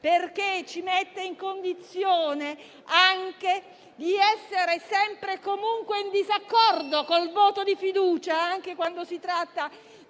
perché ci mette in condizione di essere sempre e comunque in disaccordo con il voto di fiducia, anche quando si tratta di